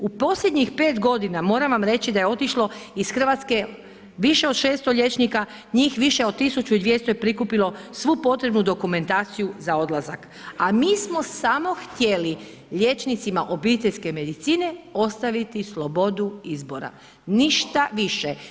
U posljednjih 5 godina moram vam reći da je otišlo iz Hrvatske više od 600 liječnika, njih više od 1200 je prikupilo svu potrebnu dokumentaciju za odlazak, a mi smo samo htjeli liječnicima obiteljske medicine ostaviti slobodu izbora, ništa više.